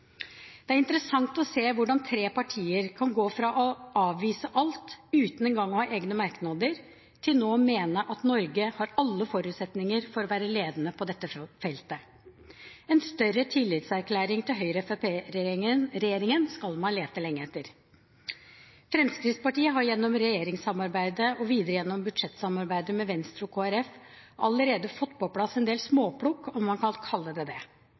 Det er interessant å se hvordan tre partier kan gå fra å avvise alt, uten engang å ha egne merknader, til nå å mene at Norge har alle forutsetninger for å være ledende på dette feltet. En større tillitserklæring til Høyre–Fremskrittsparti-regjeringen skal man lete lenge etter. Fremskrittspartiet har gjennom regjeringssamarbeidet og videre gjennom budsjettsamarbeidet med Venstre og Kristelig Folkeparti allerede fått på plass en del småplukk, om man kan kalle det det.